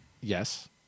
Yes